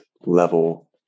level